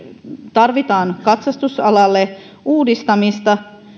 tarvitaan katsastusalalle uudistamista